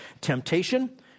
temptation